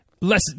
less